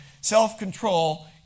self-control